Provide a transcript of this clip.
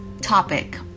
topic